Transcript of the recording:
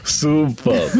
super